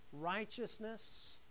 righteousness